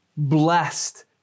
Blessed